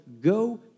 go